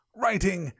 writing